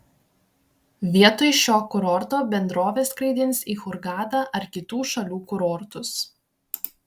vietoj šio kurorto bendrovė skraidins į hurgadą ar kitų šalių kurortus